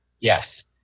Yes